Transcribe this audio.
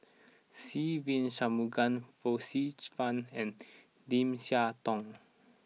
Se Ve Shanmugam Joyce Fan and Lim Siah Tong